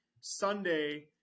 Sunday